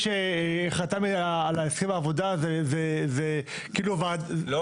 מי שחתם על הסכם העבודה הזה הוא --- לא